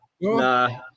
nah